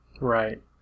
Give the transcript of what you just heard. Right